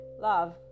Love